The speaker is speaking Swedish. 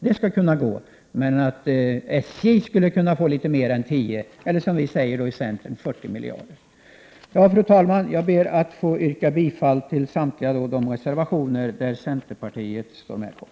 Det skall kunna gå. Men att SJ skulle kunna få litet mer än 10 miljarder, eller som vi i centern föreslår 40 miljarder, är inte möjligt. Fru talman! Jag ber att få yrka bifall till samtliga de reservationer som centerpartiet har undertecknat.